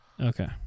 Okay